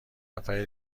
نفر